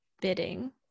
bidding